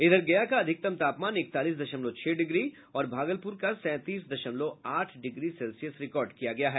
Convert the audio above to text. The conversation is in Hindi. इधर गया का अधिकतम तापमान इकतालीस दशमलव छह डिग्री और भागलपुर का सैंतीस दशमलव आठ डिग्री सेल्सियस रिकॉर्ड किया गया है